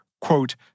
quote